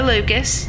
Lucas